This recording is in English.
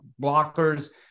blockers